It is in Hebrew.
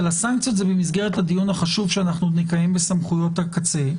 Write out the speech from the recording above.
אבל הסנקציות הן במסגרת הדיון החשוב שאנחנו נקיים בסמכויות הקצה.